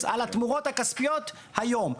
על התמורות הכספיות היום.